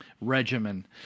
regimen